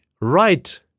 right